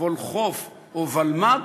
וולחו"ף או ולמ"ב,